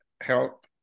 help